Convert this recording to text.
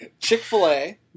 Chick-fil-A